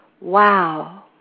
Wow